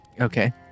Okay